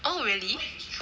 oh really